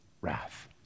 wrath